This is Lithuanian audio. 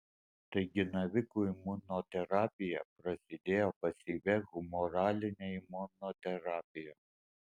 taigi navikų imunoterapija prasidėjo pasyvia humoraline imunoterapija